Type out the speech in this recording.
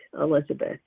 Elizabeth